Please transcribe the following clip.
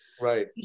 Right